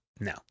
no